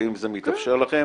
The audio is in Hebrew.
ואם זה מתאפשר לכם